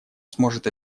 сможет